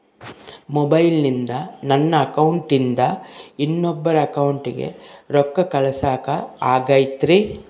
ಮೊಬೈಲಿಂದ ನನ್ನ ಅಕೌಂಟಿಂದ ಇನ್ನೊಬ್ಬರ ಅಕೌಂಟಿಗೆ ರೊಕ್ಕ ಕಳಸಾಕ ಆಗ್ತೈತ್ರಿ?